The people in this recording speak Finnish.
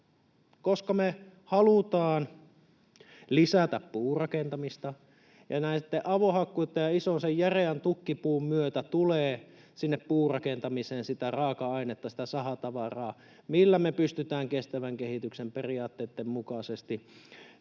Koska me halutaan lisätä puurakentamista, ja näitten avohakkuitten ja sen ison, järeän tukkipuun myötä tulee sinne puurakentamiseen sitä raaka-ainetta, sitä sahatavaraa, millä me pystytään kestävän kehityksen periaatteitten mukaisesti